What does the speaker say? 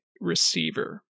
receiver